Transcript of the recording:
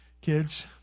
Kids